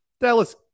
Dallas